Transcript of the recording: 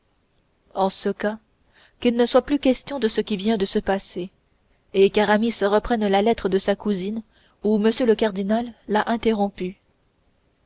en ce cas qu'il ne soit plus question de ce qui vient de se passer et qu'aramis reprenne la lettre de sa cousine où m le cardinal l'a interrompue